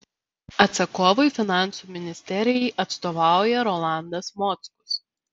atsakovui finansų ministerijai atstovauja rolandas mockus